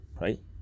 Right